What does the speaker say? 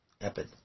epid